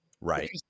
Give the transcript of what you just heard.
Right